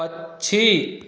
पक्षी